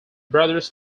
brothers